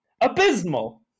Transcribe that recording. Abysmal